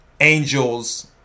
Angels